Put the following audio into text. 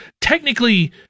technically